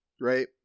right